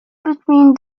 between